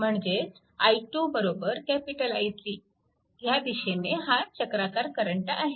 म्हणजेच i2 I3 ह्या दिशेने हा चक्राकार करंट आहे